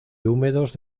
húmedos